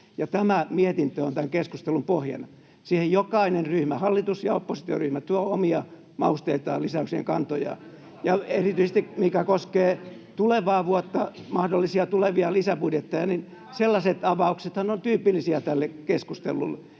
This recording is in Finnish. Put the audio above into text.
tämä mietintö on tämän keskustelun pohjana. Siihen jokainen ryhmä, hallitus- ja oppositioryhmä, tuo omia mausteitaan, lisäyksiään ja kantojaan. Erityisesti, mikä koskee tulevaa vuotta, mahdollisia tulevia lisäbudjetteja, sellaiset avauksethan ovat tyypillisiä tälle keskustelulle.